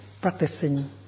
practicing